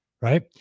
right